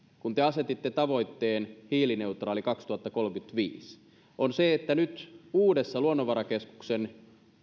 kun te asetitte tavoitteen hiilineutraalisuudesta kaksituhattakolmekymmentäviisi on se että nyt uudessa luonnonvarakeskuksen